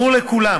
ברור לכולם